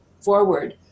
forward